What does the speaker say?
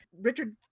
Richard